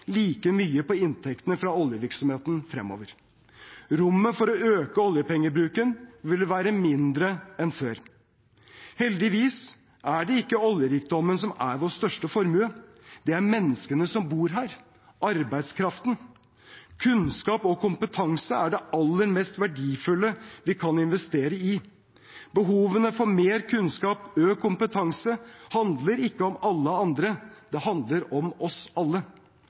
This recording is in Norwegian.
like mye på inntektene fra oljevirksomheten fremover. Rommet for å øke oljepengebruken vil være mindre enn før. Heldigvis er det ikke oljerikdommen som er vår største formue. Det er menneskene som bor her, arbeidskraften. Kunnskap og kompetanse er det aller mest verdifulle vi kan investere i. Behovet for mer kunnskap, økt kompetanse, handler ikke om alle andre, det handler om oss alle.